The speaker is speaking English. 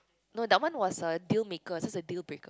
no that one was a deal maker this is a deal breaker